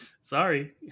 Sorry